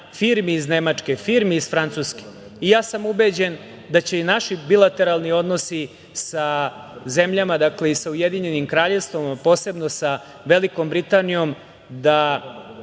firmi iz Nemačke, firmi iz Francuske. Ubeđen sam da će i naši bilateralni odnosi sa zemljama i sa Ujedinjenim Kraljevstvom, posebno sa Belikom Britanijom da